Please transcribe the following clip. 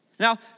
Now